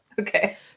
Okay